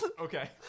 Okay